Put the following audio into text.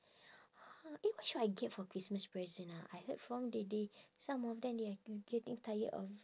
!huh! eh what should I get for christmas present ah I heard from that day some of them they are getting tired of